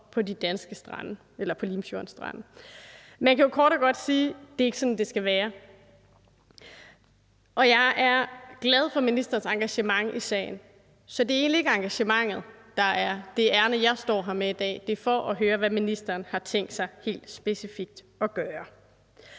er døde og skyllet op på Limfjordens strande. Man kan jo kort og godt sige: Det er ikke sådan, det skal være. Jeg er glad for ministerens engagement i sagen. Så det er egentlig ikke engagementet, der er det ærinde, jeg står her med i dag. Det er for at høre, hvad ministeren har tænkt sig helt specifikt at gøre.